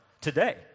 today